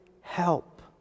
help